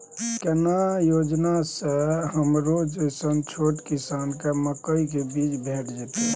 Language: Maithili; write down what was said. केना योजना स हमरो जैसन छोट किसान के मकई के बीज भेट जेतै?